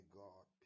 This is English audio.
god